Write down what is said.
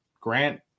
Grant